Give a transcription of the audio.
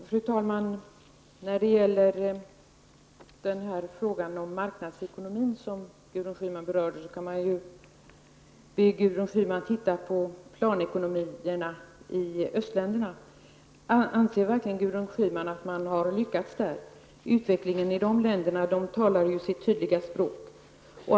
Fru talman! Gudrun Schyman berörde frågan om marknadsekonomin. Man kan i det sammanhanget be Gudrun Schyman att titta på planekonomierna i östländerna. Anser verkligen Gudrun Schyman att man har lyckats där? Utvecklingen i de länderna talar sitt tydliga språk.